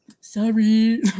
Sorry